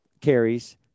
carries